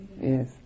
Yes